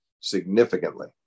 significantly